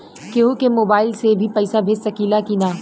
केहू के मोवाईल से भी पैसा भेज सकीला की ना?